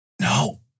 No